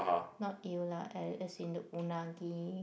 not eel lah eh as in the unagi